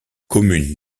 commune